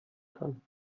kann